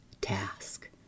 task